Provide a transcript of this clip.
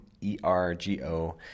e-r-g-o